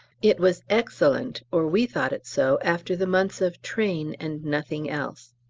it was excellent, or we thought it so, after the months of train and nothing else.